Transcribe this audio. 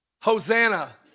Hosanna